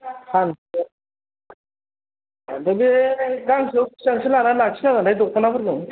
सानसे बिदि गांसेयाव बेसेबांसो लाना लाखिनांगोनहाय दख'नाफोरखौ